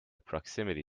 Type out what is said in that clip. proximity